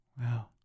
Wow